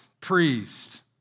priest